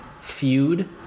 feud